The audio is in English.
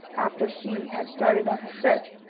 after she had started on her search,